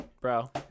bro